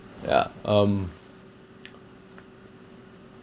yeah um